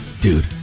dude